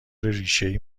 ریشهای